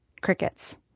crickets